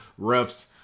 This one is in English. refs